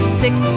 six